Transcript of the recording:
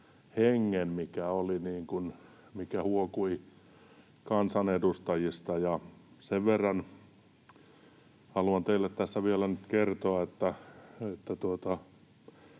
hengen, mikä huokui kansanedustajista. Sen verran haluan teille tässä nyt